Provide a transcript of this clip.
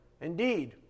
Indeed